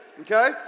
Okay